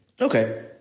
Okay